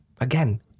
Again